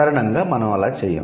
సాదారణంగా మనం అలా చేయం